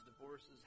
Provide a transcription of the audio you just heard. divorces